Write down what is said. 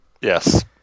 Yes